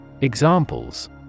Examples